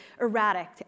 erratic